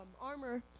armor